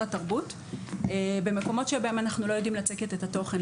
התרבות במקומות שבהם אנחנו לא יודעים לצקת את התוכן.